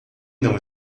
não